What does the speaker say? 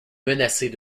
menacés